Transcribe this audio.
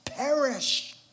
Perish